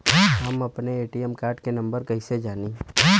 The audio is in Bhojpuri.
हम अपने ए.टी.एम कार्ड के नंबर कइसे जानी?